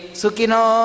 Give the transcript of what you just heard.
sukino